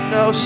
no